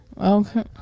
Okay